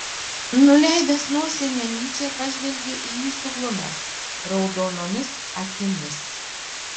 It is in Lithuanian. nuleidęs nosinę nyčė pažvelgė į jį suglumęs raudonomis akimis